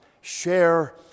share